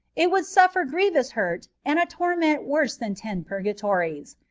it would suffer grievous hurt and a torment worse than ten purgatories.